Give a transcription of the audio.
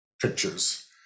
pictures